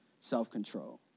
self-control